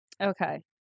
Okay